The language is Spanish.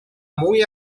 muy